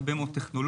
הרבה מאוד טכנולוגיה.